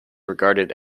regarded